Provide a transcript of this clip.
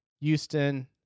Houston